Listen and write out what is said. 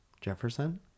Jefferson